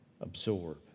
absorb